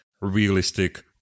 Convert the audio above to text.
realistic